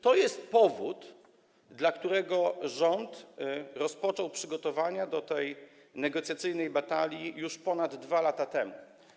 To jest powód, dla którego rząd rozpoczął przygotowania do tej negocjacyjnej batalii już ponad 2 lata temu.